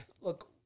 look